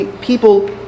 People